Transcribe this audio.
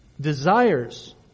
desires